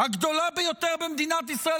הגדולה ביותר במדינת ישראל,